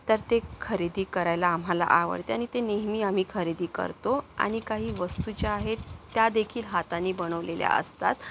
तर ते खरेदी करायला आम्हाला आवडते आणि ते नेहमी आम्ही खरेदी करतो आणि काही वस्तू ज्या आहेत त्या देखील हाताने बनवलेल्या असतात